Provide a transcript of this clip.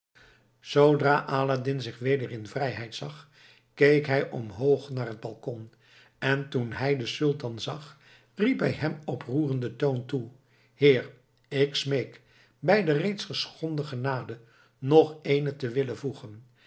zoodra aladdin zich weder in vrijheid zag keek hij omhoog naar het balkon en toen hij den sultan zag riep hij hem op roerenden toon toe heer ik smeek bij de reeds geschonken genade nog eene te willen voegen